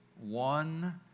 One